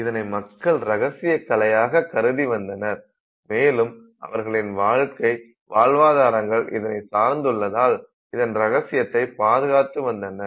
இதனை மக்கள் ரகசிய கலையாக கருதி வந்தனர் மேலும் அவர்களின் வாழ்க்கை வாழ்வாதாரங்கள் இதனை சார்ந்துள்ளதால் இதன் ரகசியத்தை பாதுகாத்து வந்தனர்